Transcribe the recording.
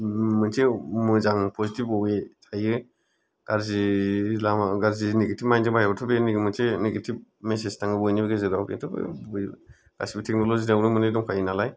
मोनसे मोजां पजिटिभ अवे थायो गारजि लामा गारजि नेगेटिभ माइन्ड जों बाहाबाथ' बे मोनसे नेगेटिभ मेसेज थाङो बयनिबो गेजेराव बेथ' बे गासिबो टेकनलजि याव मोननै दंखायोनालाय